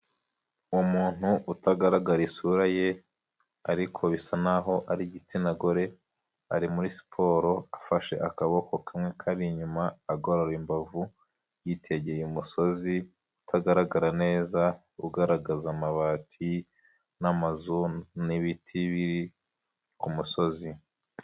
Uwo muntu utagaragara isura ye ariko bisa n'aho ari igitsina gore, ari muri siporo afashe akaboko kamwe kari inyuma agorora imbavu, yitegeye umusozi utagaragara neza ugaragaza amabati n'amazu n'ibiti biri ku musozi.